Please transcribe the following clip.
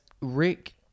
Rick